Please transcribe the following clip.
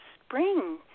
spring